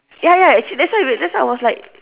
ya ya actually that's why that's why I was like